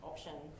Option